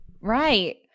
Right